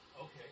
Okay